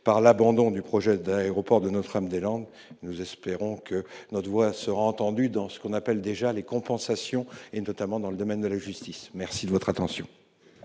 par l'abandon du projet d'aéroport de Notre-Dame-des-Landes. Nous espérons que notre voix sera entendue s'agissant de ce que l'on appelle déjà les « compensations », notamment dans le domaine de la justice. La parole est